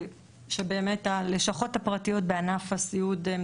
שבאמת הלשכות הפרטיות בענף הסיעוד הן